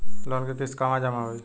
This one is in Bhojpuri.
लोन के किस्त कहवा जामा होयी?